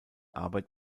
arbeit